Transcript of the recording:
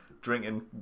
drinking